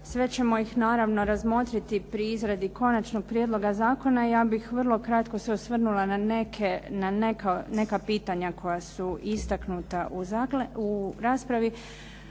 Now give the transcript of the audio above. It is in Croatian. Sve ćemo ih naravno razmotriti pri izradi konačnog prijedloga zakona. Ja bih vrlo kratko se osvrnula na neka pitanja koja su istaknuta u raspravi.